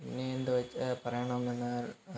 പിന്നെ എന്ത് വെച്ചാൾ പറയണം എന്നാല്